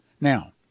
Now